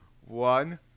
One